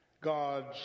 God's